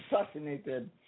assassinated